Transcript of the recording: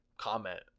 Comment